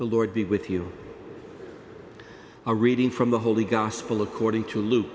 the lord be with you a reading from the holy gospel according to l